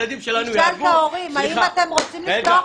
תשאל את ההורים אם הם היו רוצים לשלוח